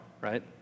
right